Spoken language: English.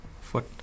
foot